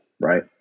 right